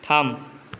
थाम